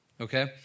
Okay